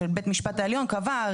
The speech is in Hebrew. שבית המשפט העליון קבע,